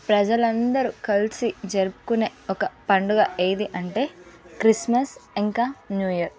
ప్రజలందరూ కలిసి జరుపుకునే ఒక పండుగ ఏది అంటే క్రిస్మస్ ఇంకా న్యూ ఇయర్